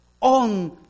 on